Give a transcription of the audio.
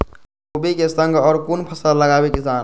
कोबी कै संग और कुन फसल लगावे किसान?